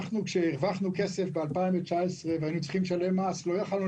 כשהרווחנו כסף ב-2019 והיינו צריכים לשלם מס לא יכולנו